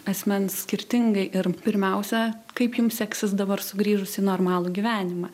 asmens skirtingai ir pirmiausia kaip jums seksis dabar sugrįžus į normalų gyvenimą